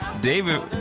David